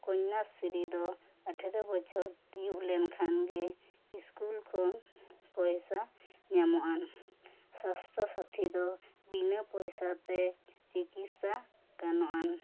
ᱠᱚᱭᱱᱟᱥᱨᱤ ᱫᱚ ᱟᱴᱷᱮᱨᱚ ᱵᱚᱪᱷᱚᱨ ᱛᱤᱭᱩᱜ ᱞᱮᱱ ᱠᱷᱟᱱ ᱜᱤ ᱥᱠᱩᱞ ᱠᱷᱚᱱ ᱯᱚᱭᱥᱟ ᱧᱟᱢᱚᱜᱼᱟᱱ ᱥᱟᱥᱛᱚ ᱥᱟ ᱛᱷᱤ ᱫᱚ ᱵᱤᱱᱟᱹ ᱯᱚᱭᱥᱟ ᱛᱮ ᱪᱤᱠᱤᱛᱥᱟ ᱜᱟᱱᱚᱜᱼᱟᱱ